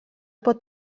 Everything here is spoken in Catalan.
pot